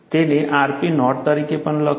તેને rp note તરીકે ન લખો